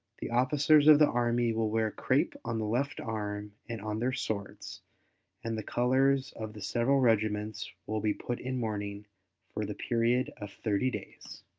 the officers of the army will wear crape on the left arm and on their swords and the colors of the several regiments will be put in mourning for the period of thirty days.